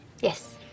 Yes